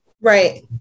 Right